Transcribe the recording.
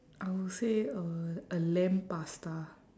I will say uh a lamb pasta